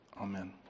Amen